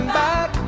back